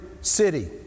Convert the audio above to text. city